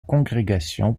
congrégation